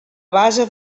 base